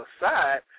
aside